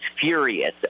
furious